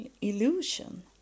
illusion